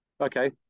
okay